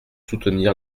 soutenir